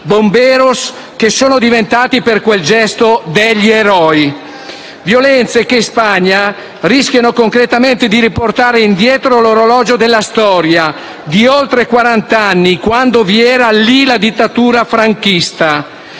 *bomberos* che sono diventati, per quel gesto, degli eroi. Si tratta di violenze che in Spagna rischiano concretamente di riportare indietro l'orologio della storia di oltre quarant'anni, quando vi era la dittatura franchista.